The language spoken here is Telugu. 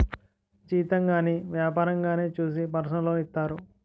జీతం గాని వ్యాపారంగానే చూసి పర్సనల్ లోన్ ఇత్తారు